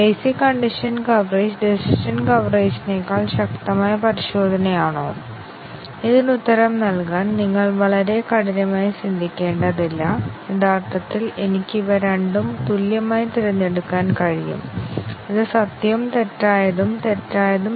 basic condition coverage എല്ലായ്പ്പോഴും decision coverage നേടാനിടയില്ല ഉദാഹരണത്തിന് a ആദ്യത്തെ ടെസ്റ്റ് കേസിനേക്കാൾ വലുത് 15 ഉം 60 ഉം രണ്ടാമത്തെ ടെസ്റ്റ് കേസ് 5 ഉം 30 ഉം ആണെങ്കിൽ